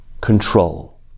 control